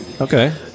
Okay